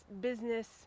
business